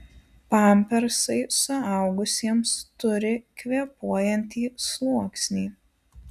pampersai suaugusiems turi kvėpuojantį sluoksnį